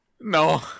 No